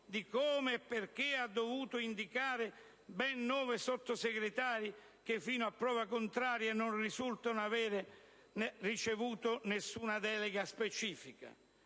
di come e perché ha dovuto indicare ben nove Sottosegretari che, fino a prova contraria, non risultano aver ricevuto alcuna delega specifica.